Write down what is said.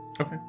Okay